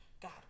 God